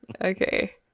okay